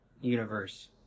universe